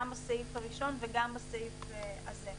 גם הסעיף הראשון וגם הסעיף הזה.